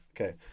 Okay